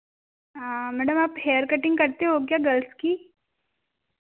madam आप hair cutting करते हो क्या गर्ल्स की